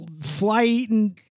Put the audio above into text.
fly-eating